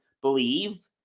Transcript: believe